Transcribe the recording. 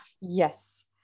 Yes